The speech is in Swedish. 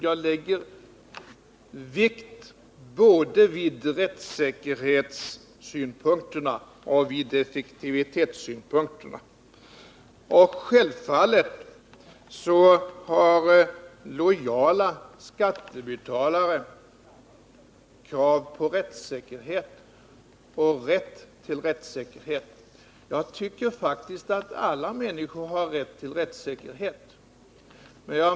Jag lägger vikt både vid rättssäkerhetssynpunkterna och vid effek tivitetssynpunkterna. Självfallet har lojala skattebetalare krav på och rätt till rättssäkerhet. Jag tycker faktiskt att alla människor har rätt till rättssäkerhet.